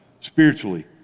spiritually